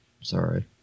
Sorry